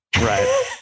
Right